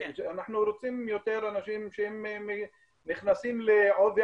אנחנו רוצים יותר אנשים שהם נכנסים לעובי